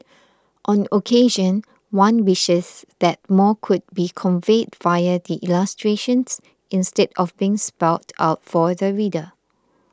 on occasion one wishes that more could be conveyed via the illustrations instead of being spelt out for the reader